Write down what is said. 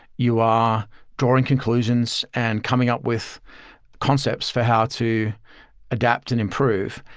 you are drawing conclusions and coming up with concepts for how to adapt and improve,